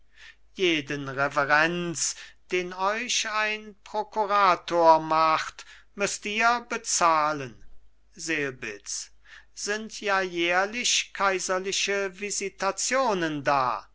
jeden reverenz den euch ein prokurator macht müßt ihr bezahlen selbitz sind ja jährlich kaiserliche visitationen da